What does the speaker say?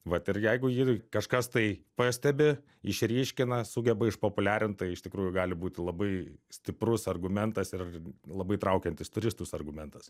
vat ir jeigu ir kažkas tai pastebi išryškina sugeba išpopuliarint tai iš tikrųjų gali būti labai stiprus argumentas ir labai traukiantis turistus argumentas